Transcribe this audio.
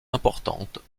importantes